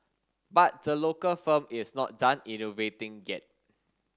but the local firm is not done innovating get